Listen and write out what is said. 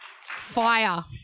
fire